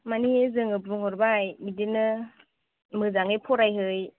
माने जोङो बुंहरबाय बिदिनो मोजाङै फरायहै